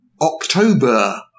October